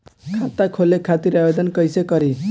खाता खोले खातिर आवेदन कइसे करी?